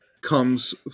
comes